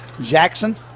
jackson